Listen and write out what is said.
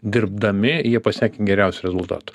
dirbdami jie pasiekė geriausių rezultatų